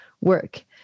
work